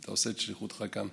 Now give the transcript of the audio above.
אתה עושה את שליחותך כאן.